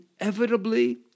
Inevitably